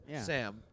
Sam